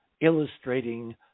illustrating